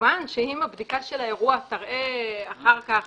וכמובן שאם הבדיקה של האירוע תראה אחר כך